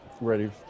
ready